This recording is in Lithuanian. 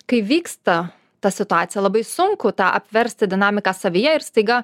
kai vyksta ta situacija labai sunku tą apversti dinamiką savyje ir staiga